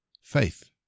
faith